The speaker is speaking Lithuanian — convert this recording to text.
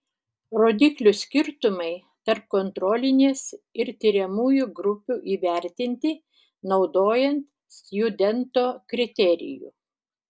rodiklių skirtumai tarp kontrolinės ir tiriamųjų grupių įvertinti naudojant stjudento kriterijų